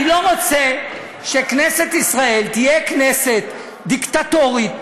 אני לא רוצה שכנסת ישראל תהיה כנסת דיקטטורית,